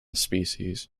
species